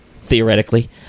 theoretically